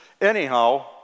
Anyhow